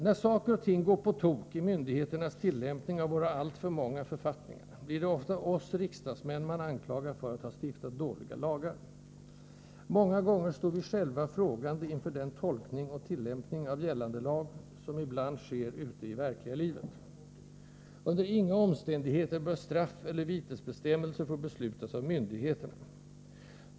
När saker och ting går på tok vid myndigheternas tillämpning av våra alltför många författningar blir det ofta oss riksdagsmän man anklagar för att hastiftat dåliga lagar. Många gånger står vi själva frågande inför den tolkning och tillämpning av gällande lag som ibland sker ute i verkliga livet. Under inga omständigheter bör straffeller vitesbestämmelser få beslutas av myndigheterna.